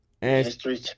History